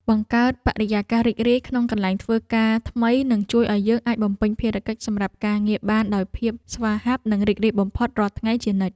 បង្កើតបរិយាកាសរីករាយក្នុងកន្លែងធ្វើការថ្មីនឹងជួយឱ្យយើងអាចបំពេញភារកិច្ចសម្រាប់ការងារបានដោយភាពស្វាហាប់និងរីករាយបំផុតរាល់ថ្ងៃជានិច្ច។